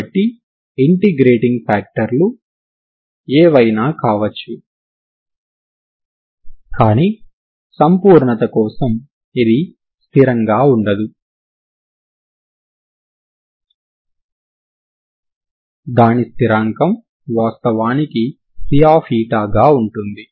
కాబట్టి integrating factor లు ఏవైనా కావచ్చు కానీ సంపూర్ణత కోసం ఇది స్థిరంగా ఉండదు దాని స్థిరాంకం వాస్తవానికి Cగా ఉంటుంది